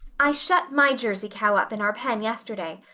i shut my jersey cow up in our pen yesterday.